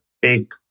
big